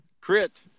Crit